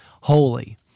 holy